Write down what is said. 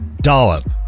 Dollop